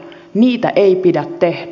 niitä ei pidä tehdä